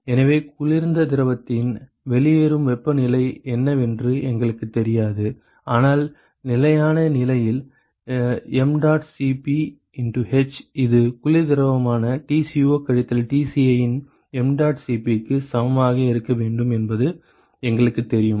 எனவே குளிர்ந்த திரவத்தின் வெளியேறும் வெப்பநிலை என்னவென்று எங்களுக்குத் தெரியாது ஆனால் நிலையான நிலையில் h இது குளிர் திரவமான Tco கழித்தல் Tci இன் mdot Cpக்கு சமமாக இருக்க வேண்டும் என்பது எங்களுக்குத் தெரியும்